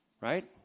Right